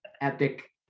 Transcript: epic